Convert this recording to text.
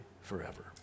forever